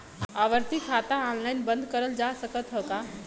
आवर्ती खाता ऑनलाइन बन्द करल जा सकत ह का?